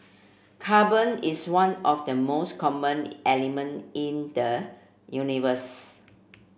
carbon is one of the most common element in the universe